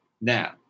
Now